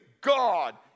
God